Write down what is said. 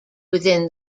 within